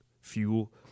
fuel